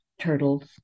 turtles